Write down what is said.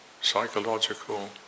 psychological